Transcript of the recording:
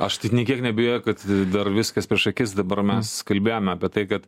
aš tai nė kiek neabejoju kad dar viskas prieš akis dabar mes kalbėjome apie tai kad